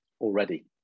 already